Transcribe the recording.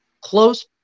close